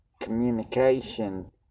communication